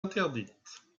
interdite